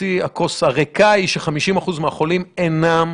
חצי הכוס הריקה היא ש-50% מהחולים אינם